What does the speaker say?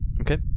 Okay